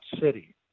city